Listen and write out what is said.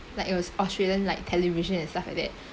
like it was australian like television and stuff like that